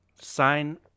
sign